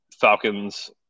Falcons